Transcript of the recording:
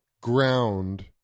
ground